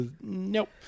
nope